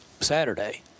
Saturday